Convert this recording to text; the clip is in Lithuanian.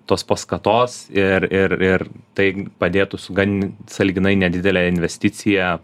tos paskatos ir ir ir tai padėtų su gan sąlyginai nedidele investicija